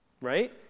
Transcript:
Right